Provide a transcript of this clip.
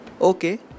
Okay